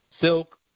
Silk